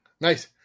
Nice